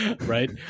right